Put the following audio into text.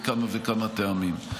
מכמה וכמה טעמים.